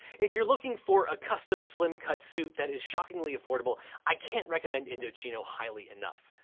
if you're looking for a custom slim cut suit that is shockingly affordable, i can't recommend indochino highly enough.